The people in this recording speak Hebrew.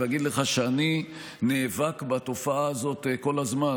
ואגיד לך שאני נאבק בתופעה הזאת כל הזמן,